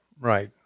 right